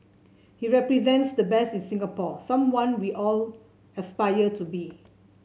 he represents the best in Singapore someone we all aspire to be